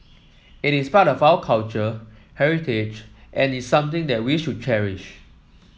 it is part of our culture heritage and is something that we should cherish